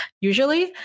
usually